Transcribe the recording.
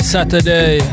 Saturday